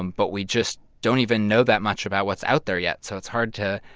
um but we just don't even know that much about what's out there yet. so it's hard to